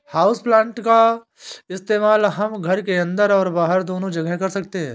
houseplant का इस्तेमाल हम घर के अंदर और बाहर दोनों जगह कर सकते हैं